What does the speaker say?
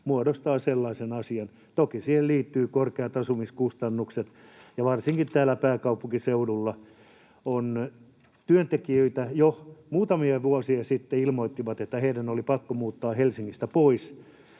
muodostaa sellaisen asian. Toki siihen liittyvät korkeat asumiskustannukset, ja varsinkin täällä pääkaupunkiseudulla on työntekijöitä, jotka jo muutamia vuosia sitten ilmoittivat, että heidän oli pakko muuttaa Helsingistä pois,